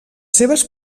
seves